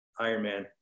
Ironman